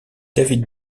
david